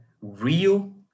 real